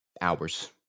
hours